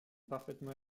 parfaitement